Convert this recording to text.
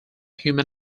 human